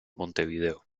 montevideo